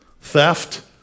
theft